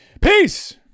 Peace